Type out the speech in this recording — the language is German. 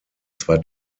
zwei